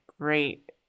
great